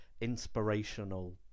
inspirational